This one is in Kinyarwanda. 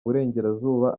uburengerazuba